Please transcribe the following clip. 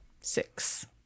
six